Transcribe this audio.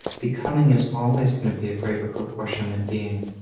becoming is always going to be a greater proportion than being.